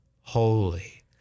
holy